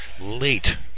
late